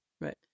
Right